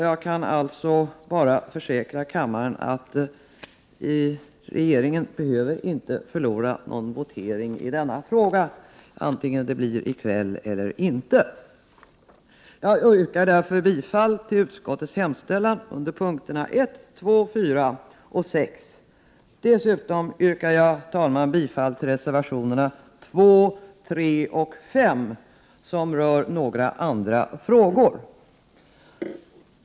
Jag kan alltså bara försäkra kammaren att regeringen inte behöver förlora någon votering i denna fråga, vare sig det blir i kväll eller inte. Jag yrkar bifall till utskottets hemställan under punkterna 1, 2, 4 och 6. Dessutom yrkar jag, herr talman, bifall till reservationerna 2, 3 och 5 som rör några helt andra frågor.